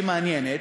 שהיא מעניינת,